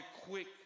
quick